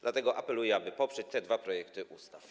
Dlatego apeluję, aby poprzeć te dwa projekty ustaw.